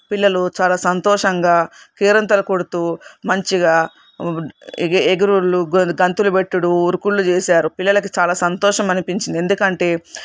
పిల్లలు చాలా సంతోషంగా కేరింతలు కొడుతూ మంచిగా ఎగురులు గంతులు పెట్టుడు ఉరుక్కులు చేశారు పిల్లలకి చాలా సంతోషం అనిపించింది ఎందుకంటే